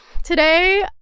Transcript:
Today